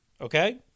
Okay